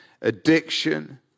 addiction